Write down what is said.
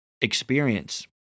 experience